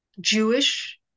Jewish